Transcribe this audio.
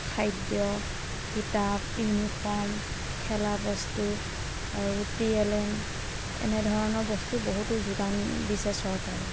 খাদ্য কিতাপ ইউনিফৰ্ম খেলা বস্তু আৰু টি এল এম এনেধৰণৰ বস্তু বহুতো যোগান দিছে চৰকাৰে